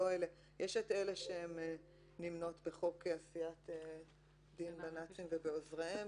יש אלה שנמנות בחוק עשיית דין בנאצים ובעוזריהם